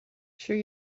sure